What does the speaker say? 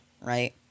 right